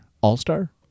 All-star